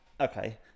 okay